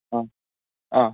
ആ ആ